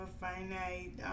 finite